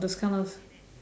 those kind of